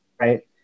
right